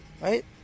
right